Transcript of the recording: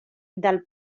del